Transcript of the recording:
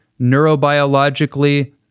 neurobiologically